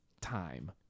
time